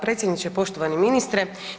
Predsjedniče, poštovani ministre.